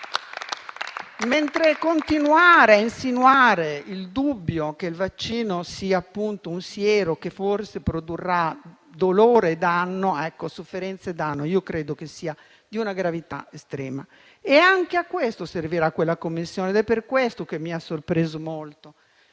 Invece continuare a insinuare il dubbio che il vaccino sia appunto un siero, che forse produrrà dolore, sofferenze e danno, credo sia di una gravità estrema. Ma anche a questo servirà quella Commissione ed è per questo che mi ha sorpreso molto